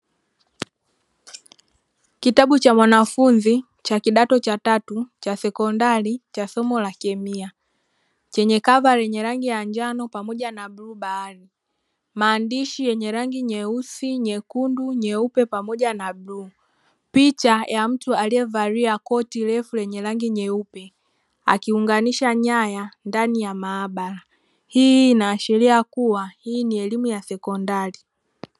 Kitabu cha wanafunzi cha kidato cha tatu cha sekondari cha somo la Kemia. Chenye cover lenye rangi ya njano pamoja na bluu bahari. Maandishi yenye rangi nyeusi, nyekundu, nyeupe pamoja na bluu. Picha ya mtu aliyevaa koti refu lenye rangi nyeupe, akiunganisha nyaya ndani ya maabara. Hii inaashiria kuwa hii ni elimu ya sekondari.